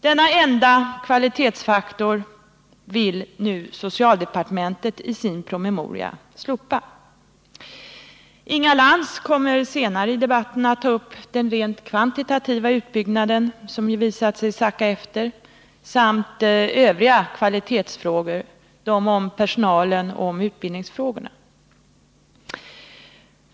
Denna enda kvalitetsfaktor vill nu socialdepartementet i sin promemoria slopa. Inga Lantz kommer senare i debatten att ta upp den rent kvantitativa utbyggnaden, som ju visat sig sacka efter, samt övriga kvalitetsfrågor, de om personalen och utbildningsfrågorna.